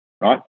right